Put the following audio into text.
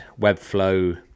Webflow